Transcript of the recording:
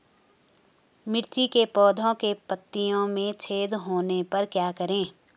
मिर्ची के पौधों के पत्तियों में छेद होने पर क्या करें?